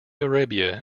arabia